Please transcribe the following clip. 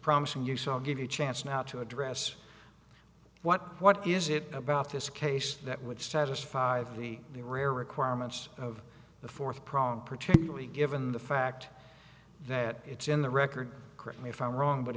promising you saw give you a chance now to address what what is it about this case that would satisfy the the rare requirements of a fourth problem particularly given the fact that it's in the record correct me if i'm wrong but